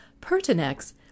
Pertinax